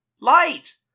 Light